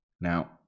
Now